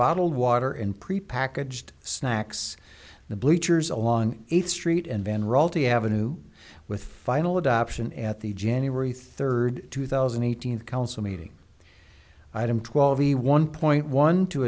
bottled water in prepackaged snacks the bleachers along eighth street and then royalty avenue with final adoption at the january third two thousand eight hundred council meeting item twelve the one point one to